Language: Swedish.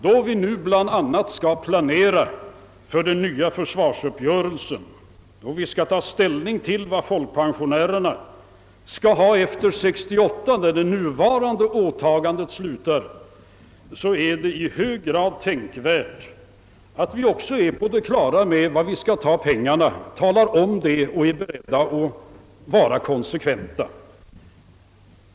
Då vi nu bl.a. skall planera för den nya försvarsuppgörelsen, då vi skall ta ställning till vad folkpensionärerna skall ha 1968 när det nuvarande åtagandet upphör, är det i hög grad önskvärt att vi också talar om var vi skall ta pengarna och är beredda att vara konsekventa.